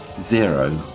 zero